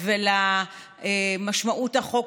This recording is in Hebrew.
ולמשמעות החוק,